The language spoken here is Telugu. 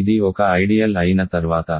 ఇది ఒక ఐడియల్ అయిన తర్వాత